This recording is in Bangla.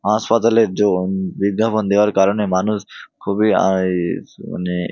হাসপাতালের জো বিজ্ঞাপন দেওয়ার কারণে মানুষ খুবই ইস মানে